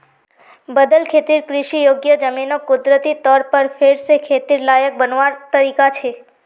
बदल खेतिर कृषि योग्य ज़मीनोक कुदरती तौर पर फेर से खेतिर लायक बनवार तरीका छे